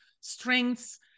strengths